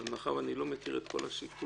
אבל מאחר ואני לא מכיר את כל השיקולים,